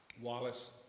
wallace